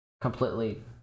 completely